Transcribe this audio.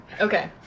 Okay